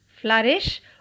flourish